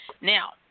Now